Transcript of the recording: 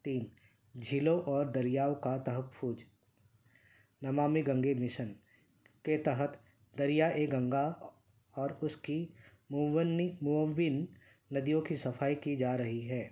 تین جھیلوں اور دریاؤ کا تحب پھوج نمامی گنگے مشن کے تحت دریا ا گنگا اور اس کی منی مون ندیوں کی صفائی کی جا رہی ہے